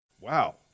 Wow